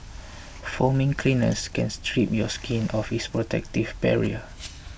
foaming cleansers can strip your skin of its protective barrier